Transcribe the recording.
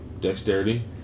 dexterity